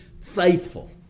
faithful